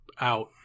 out